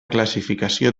classificació